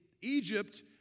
Egypt